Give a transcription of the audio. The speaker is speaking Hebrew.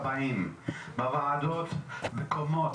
בבקשה.